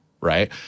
right